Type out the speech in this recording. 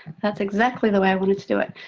that's exactly the way i wanted to do it.